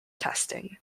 testing